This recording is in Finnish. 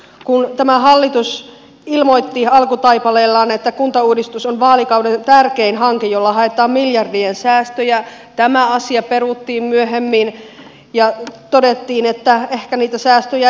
kun tämä hallitus ilmoitti alkutaipaleellaan että kuntauudistus on vaalikauden tärkein hanke jolla haetaan miljardien säästöjä tämä asia peruttiin myöhemmin ja todettiin että ehkä niitä säästöjä ei tulekaan